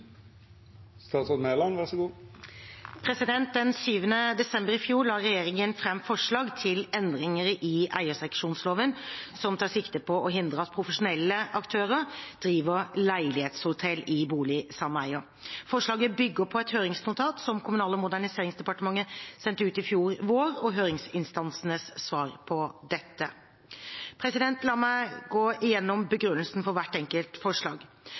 desember i fjor la regjeringen fram forslag til endringer i eierseksjonsloven som tar sikte på å hindre at profesjonelle aktører driver «leilighetshotell» i boligsameier. Forslaget bygger på et høringsnotat som Kommunal- og moderniseringsdepartementet sendte ut i fjor vår, og høringsinstansenes svar på dette. La meg gå gjennom begrunnelsen for hvert enkelt forslag: